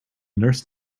nurse